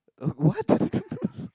uh what